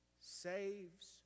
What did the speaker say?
saves